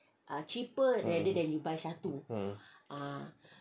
ah